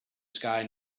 sky